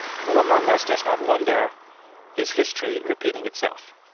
who among us does not wonder is history repeating itself?